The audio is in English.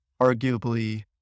Arguably